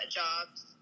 jobs